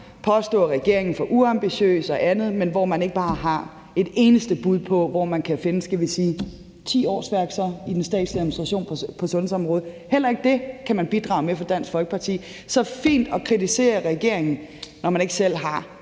påstå, at regeringen er for uambitiøs og andet, men hvor man ikke bare har et eneste bud på, hvor man kan finde, skal vi sige ti årsværk i den statslige administration på sundhedsområdet? Heller ikke det kan man bidrage med fra Dansk Folkepartis side. Det er så fint at kritisere regeringen, når man ikke selv har